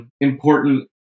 Important